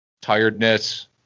tiredness